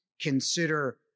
consider